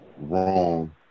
wrong